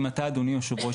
אדוני היושב-ראש,